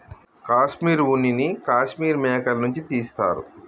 కాశ్మీర్ ఉన్న నీ కాశ్మీర్ మేకల నుంచి తీస్తారు